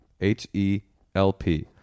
H-E-L-P